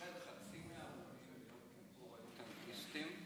חצי מההרוגים ביום כיפור היו טנקיסטים,